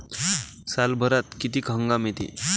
सालभरात किती हंगाम येते?